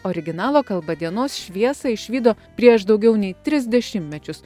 originalo kalba dienos šviesą išvydo prieš daugiau nei tris dešimtmečius